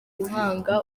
guhanga